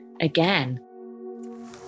again